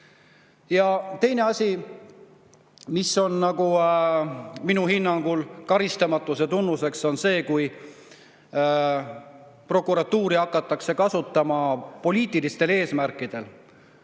Teine asi, mis on minu hinnangul ka karistamatuse tunnuseks, on see, kui prokuratuuri hakatakse kasutama poliitilistel eesmärkidel.